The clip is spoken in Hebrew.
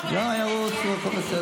יצטרכו לרוץ, שמישהו עוד ייפול במדרגות.